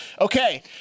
Okay